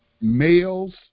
males